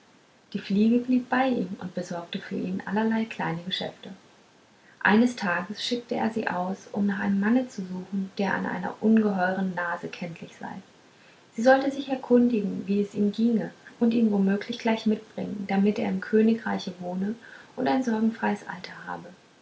die fliege blieb bei ihm und besorgte für ihn allerlei kleine geschäfte eines tages schickte er sie aus um nach einem manne zu suchen der an einer ungeheuren nase kenntlich sei sie sollte sich erkundigen wie es ihm ginge und ihn womöglich gleich mitbringen damit er im königreiche wohne und ein sorgenfreies alter habe